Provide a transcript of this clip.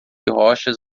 rochas